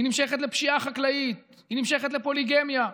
היא נמשכת לפשיעה חקלאית, היא נמשכת לפוליגמיה.